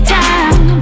time